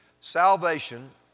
Salvation